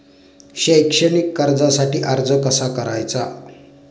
शैक्षणिक कर्जासाठी अर्ज कसा करायचा?